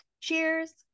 Cheers